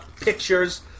pictures